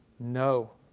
no.